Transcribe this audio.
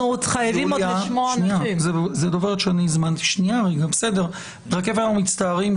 רקפת, אנחנו מצטערים.